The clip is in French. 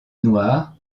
noir